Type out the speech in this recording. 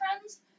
friends